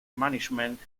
management